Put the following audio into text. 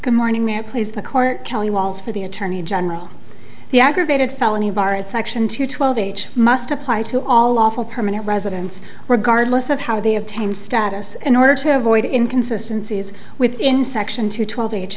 good morning ma'am please the court kelly wallace for the attorney general the aggravated felony bar at section two twelve age must apply to all lawful permanent residents regardless of how they obtain status an order to avoid inconsistency is with in section two twelve h